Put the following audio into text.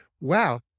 wow